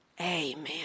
Amen